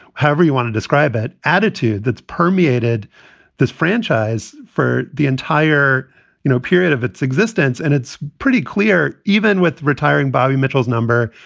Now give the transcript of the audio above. however you want to describe it, attitude that's permeated this franchise for the entire you know period of its existence. and it's pretty clear, even with retiring bobby mitchell's. no.